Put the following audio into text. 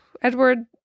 Edward